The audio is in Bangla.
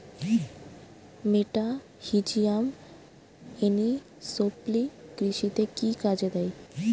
মেটাহিজিয়াম এনিসোপ্লি কৃষিতে কি কাজে দেয়?